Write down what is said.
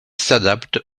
s’adaptent